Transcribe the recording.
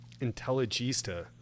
Intelligista